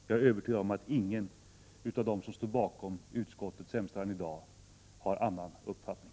Jag är övertygad om att ingen av dem som står bakom utskottets hemställan i dag har någon annan uppfattning.